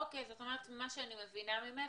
מה שאני מבינה ממך,